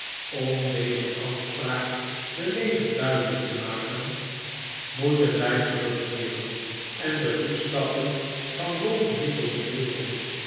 om deze afspraak den lezer duidelijk te manikolaas nickleby ken moeten wij terugkeeren en de voetstappen van ralph nickleby volgen